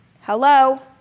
hello